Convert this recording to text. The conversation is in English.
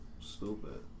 Stupid